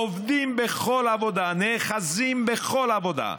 עובדים בכל עבודה, נאחזים בכל עבודה: